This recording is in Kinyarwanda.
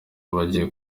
bagiye